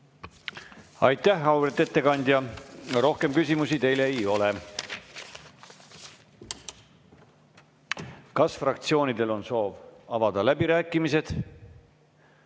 Aitäh, auväärt ettekandja! Rohkem küsimusi teile ei ole. Kas fraktsioonidel on soov avada läbirääkimised?